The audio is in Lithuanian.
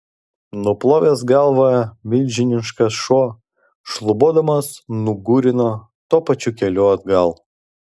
nuplovęs galvą milžiniškas šuo šlubuodamas nugūrino tuo pačiu keliu atgal